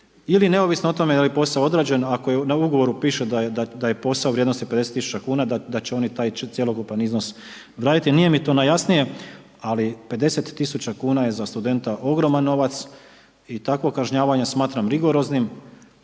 ili neovisno o tome je li je posao odrađen, ako je na ugovoru piše da je posao u vrijednosti 50000 kn da će oni taj cjelokupni iznos odraditi. Nije mi to najjasnije, ali 50000 kn je za studenta ogroman novac i takvo kažnjavanje smatram rigoroznim,